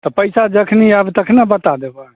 तऽ पैसा जखनी आयब तखने बता देबै